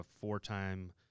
four-time